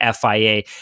FIA